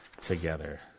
together